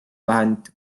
vahend